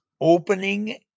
opening